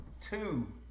Two